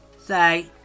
say